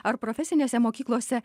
ar profesinėse mokyklose